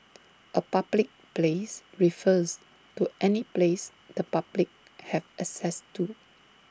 A public place refers to any place the public have access to